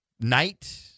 Night